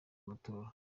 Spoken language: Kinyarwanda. amatora